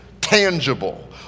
tangible